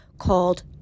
called